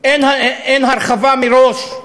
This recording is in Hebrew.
אין הרחבה מראש,